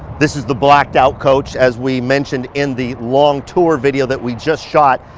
this is the blacked out coach as we mentioned in the long tour video that we just shot,